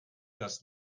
das